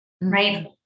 right